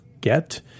get